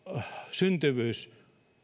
syntyvyys